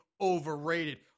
overrated